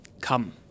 come